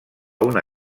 una